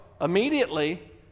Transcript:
immediately